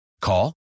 Call